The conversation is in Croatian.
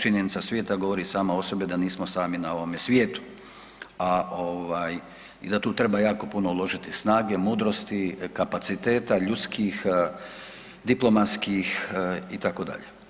Činjenica svijeta govori od sebe da nismo sami na ovome svijetu i da tu treba jako puno uložiti snage, mudrosti, kapaciteta ljudskih, diplomatskih itd.